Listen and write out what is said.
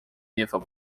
nephew